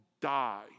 die